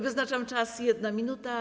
Wyznaczam czas - 1 minuta.